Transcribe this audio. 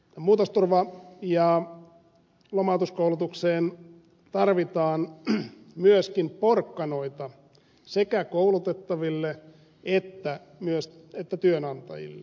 muutosturva ja lomautuskoulutukseen tarvitaan myöskin porkkanoita sekä koulutettaville että työnantajille